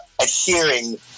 adhering